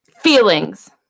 Feelings